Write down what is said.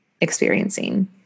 experiencing